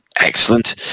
excellent